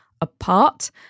apart